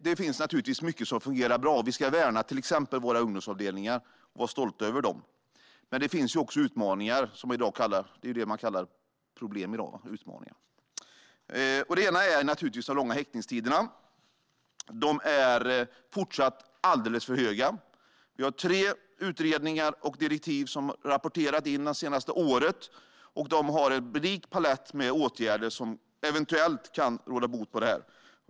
Det finns naturligtvis mycket som fungerar bra, och vi ska till exempel värna våra ungdomsavdelningar och vara stolta över dem. Det finns dock även utmaningar - det är ju så man kallar problem i dag, "utmaningar" - och en är naturligtvis de långa häktningstiderna. De är fortsatt alldeles för höga. Vi har tre utredningar och direktiv som rapporterats in det senaste året, och de har en unik palett av åtgärder som eventuellt kan råda bot på detta.